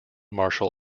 martial